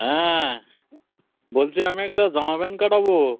হ্যাঁ বলছি আমি একটা জামা প্যান্ট কাটাবো